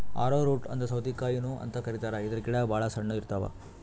ಆರೊ root ಅಂದ್ರ ಸೌತಿಕಾಯಿನು ಅಂತ್ ಕರಿತಾರ್ ಇದ್ರ್ ಗಿಡ ಭಾಳ್ ಸಣ್ಣು ಇರ್ತವ್